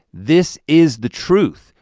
this is the truth.